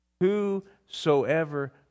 Whosoever